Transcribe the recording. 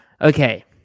Okay